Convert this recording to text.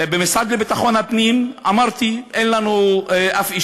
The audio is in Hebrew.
במשרד לביטחון הפנים, אמרתי, אין לנו אף אישה,